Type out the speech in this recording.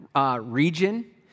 Region